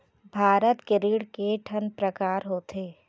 भारत के ऋण के ठन प्रकार होथे?